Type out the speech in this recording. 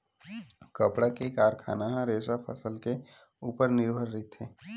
कपड़ा के कारखाना ह रेसा फसल के उपर निरभर रहिथे